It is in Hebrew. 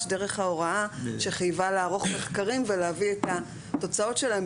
דרך ההוראה שחייבה לערוך מחקרים ולהביא את התוצאות שלהם.